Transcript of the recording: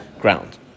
ground